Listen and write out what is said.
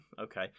okay